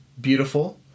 beautiful